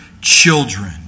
children